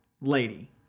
lady